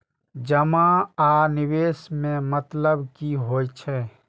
जमा आ निवेश में मतलब कि होई छै?